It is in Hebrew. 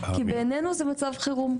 כי בעניינו זה מצב חירום.